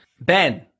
Ben